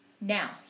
Now